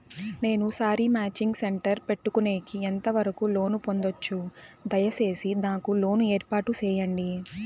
నేను sari matching centre పెట్టుకునేకి ఎంత వరకు లోను పొందొచ్చు? దయసేసి నాకు లోను ఏర్పాటు సేయండి?